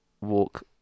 walk